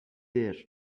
there